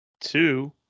Two